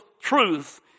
truth